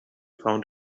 found